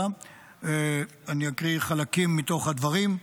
אני אקריא חלקים מתוך הדברים.